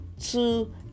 two